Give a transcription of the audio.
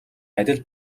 адил